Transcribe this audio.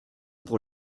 pour